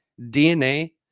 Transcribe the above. DNA